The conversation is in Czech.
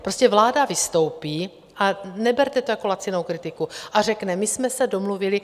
Prostě vláda vystoupí a neberte to jako lacinou kritiku a řekne: My jsme se domluvili...